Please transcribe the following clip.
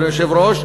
אדוני היושב-ראש,